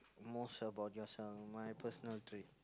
most about yourself my personal trait